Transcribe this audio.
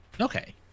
Okay